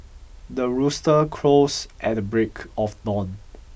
the rooster crows at the break of dawn